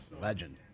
Legend